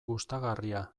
gustagarria